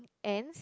ends